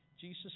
Jesus